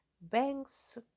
Banks